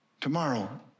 tomorrow